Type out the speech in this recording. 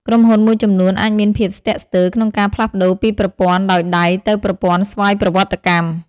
ក្រុមហ៊ុនមួយចំនួនអាចមានភាពស្ទាក់ស្ទើរក្នុងការផ្លាស់ប្តូរពីប្រព័ន្ធដោយដៃទៅប្រព័ន្ធស្វ័យប្រវត្តិកម្ម។